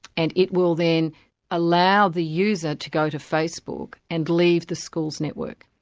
and it will then allow the user to go to facebook and leave the school's network.